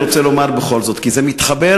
אני רוצה לומר בכל זאת כי זה מתחבר,